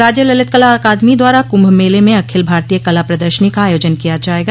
राज्य ललितकला अकादमी द्वारा कुंभ मेले में अखिल भारतीय कला प्रदर्शनी का आयोजन किया जायेगा